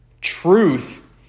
Truth